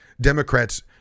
Democrats